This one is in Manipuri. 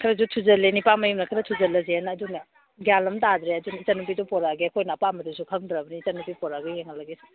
ꯈꯔꯁꯨ ꯊꯨꯖꯜꯂꯦ ꯅꯤꯄꯥ ꯃꯌꯨꯝꯅ ꯈꯔ ꯊꯨꯖꯜꯂꯁꯦꯅ ꯑꯗꯨꯅ ꯒ꯭ꯌꯥꯟ ꯑꯝ ꯇꯥꯗ꯭ꯔꯦ ꯑꯗꯨꯅ ꯏꯆꯟ ꯅꯨꯄꯤꯗꯣ ꯄꯨꯔꯛꯑꯒꯦ ꯑꯩꯈꯣꯏꯅ ꯑꯄꯥꯝꯕꯗꯨꯁꯨ ꯈꯪꯗ꯭ꯔꯕꯅꯤꯅ ꯏꯆꯟ ꯅꯨꯄꯤ ꯄꯣꯔꯛꯑꯒ ꯌꯦꯡꯍꯜꯂꯒꯦ